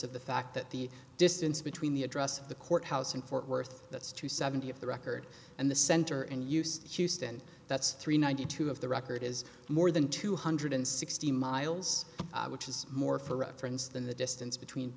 of the fact that the distance between the address of the courthouse in fort worth that's to seventy if the record and the center in use houston that's three ninety two of the record is more than two hundred sixty miles which is more for reference than the distance between